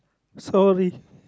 sorry